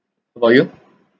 how about you